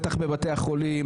בטח בבתי החולים.